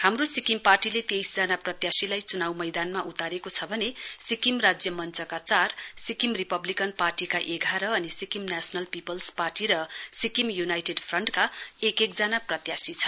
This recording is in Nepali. हाम्रो सिक्किमं पार्टीले तेइसजना प्रत्याशीलाई चुनाउ मैदानमा उतारेको छ भने सिक्किम राज्य मञ्चका चार सिक्किम रिपब्लिकन पार्टीका एघार अनि सिक्किम नेशनल पीपल्स पार्टी र सिक्किम युनाइटेड फ्रण्टका एक एक जना प्रत्याशी छन्